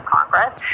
Congress